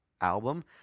album